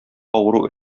авыру